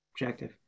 objective